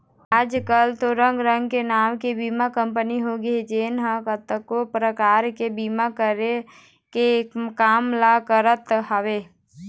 आजकल तो रंग रंग के नांव के बीमा कंपनी होगे हे जेन ह कतको परकार के बीमा करे के काम ल करत हवय